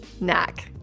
Knack